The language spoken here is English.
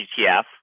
ETF